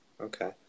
Okay